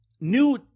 new